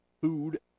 food